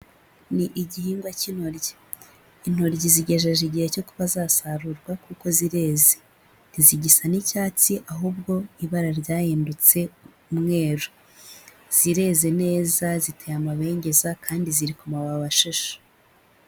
Ni igihingwa cy'intoryi, intoryi zigejeje igihe cyo kuba zasarurwa kuko zireze, ntizigisa n'icyatsi ahubwo ibara ryahindutse umweru, zireze neza, ziteye amabengeza kandi ziri ku mababi ashishe.